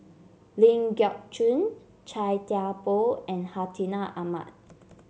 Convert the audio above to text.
Ling Geok Choon Chia Thye Poh and Hartinah Ahmad